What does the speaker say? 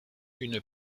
une